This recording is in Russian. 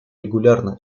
регулярно